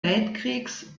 weltkriegs